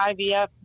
IVF